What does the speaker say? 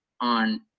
on